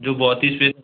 जो बहुत ही स्पे